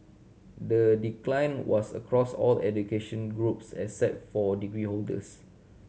the decline was across all education groups except for degree holders